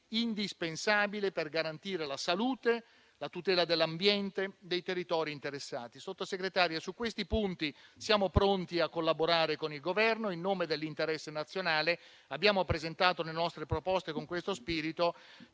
indispensabile a garantire la salute e la tutela dell'ambiente dei territori interessati. Sottosegretaria, su questi punti siamo pronti a collaborare con il Governo in nome dell'interesse nazionale. Abbiamo presentato le nostre proposte con questo spirito